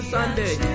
Sunday